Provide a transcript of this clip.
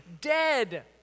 dead